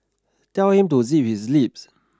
tell him to zip his lips